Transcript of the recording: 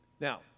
Now